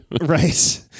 Right